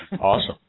awesome